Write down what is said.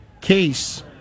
case